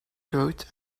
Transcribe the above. coat